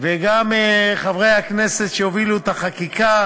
וגם חברי הכנסת שהובילו את החקיקה,